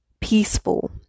peaceful